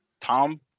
Tom